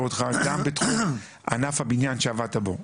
אותך גם בתחום ענף הבניין שעבדת פה,